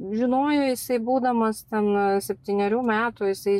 žinojo jisai būdamas ten septynerių metų jisai